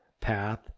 path